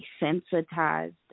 desensitized